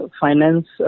finance